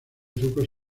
trucos